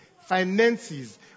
finances